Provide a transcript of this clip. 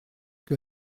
que